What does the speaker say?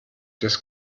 des